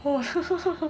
!wow!